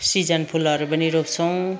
season फुलहरू पनि रोप्छौँ